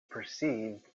perceived